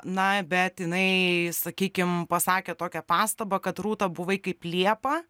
na bet jinai sakykim pasakė tokią pastabą kad rūta buvai kaip liepą